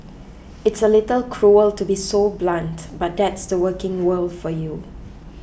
it's a little cruel to be so blunt but that's the working world for you